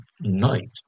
night